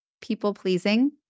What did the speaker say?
people-pleasing